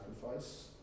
Sacrifice